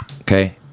Okay